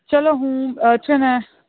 ચાલો હું છે ને